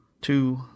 two